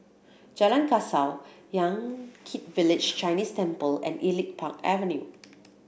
Jalan Kasau Yan Kit Village Chinese Temple and Elite Park Avenue